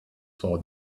for